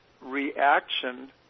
reaction